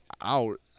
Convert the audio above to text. out